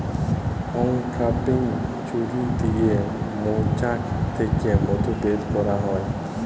uncapping ছুরি দিয়ে মোচাক থ্যাকে মধু ব্যার ক্যারা হয়